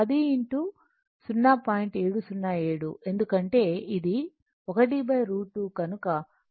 707 ఎందుకంటే ఇది 1 √ 2 కనుక 10 √ 2 7